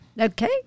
Okay